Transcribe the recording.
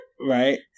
right